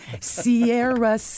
Sierra